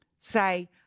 say